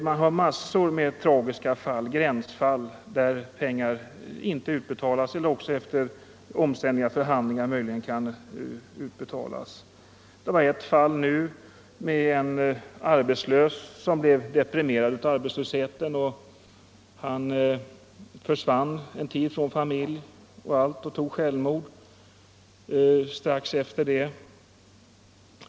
Man har en mängd tragiska gränsfall, där pengar inte har utbetalats eller betalats ut först efter omständliga förhandlingar. Sålunda förekom nyligen ett fall, där en arbetslös blev deprimerad av sin sysslolöshet. Han försvann från familjen och begick självmord kort tid därefter.